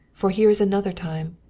for here is another time.